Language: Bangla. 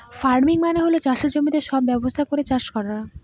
ফার্মিং মানে হল চাষের জমিতে সব ব্যবস্থা করে চাষ করা